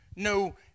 No